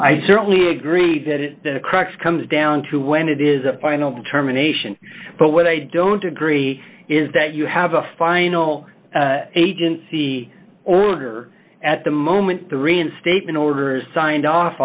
i certainly agree that the crux comes down to when it is a final determination but what i don't agree is that you have a final agency order at the moment the reinstatement order is signed off